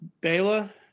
Bela